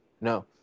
no